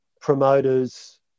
promoters